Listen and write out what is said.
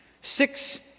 six